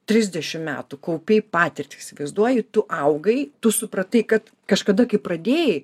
trisdešim metų kaupei patirtį įsivaizduoji tu augai tu supratai kad kažkada kai pradėjai